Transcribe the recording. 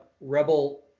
Rebel